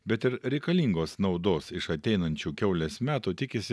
bet ir reikalingos naudos iš ateinančių kiaulės metų tikisi